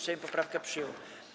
Sejm poprawkę przyjął.